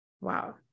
Wow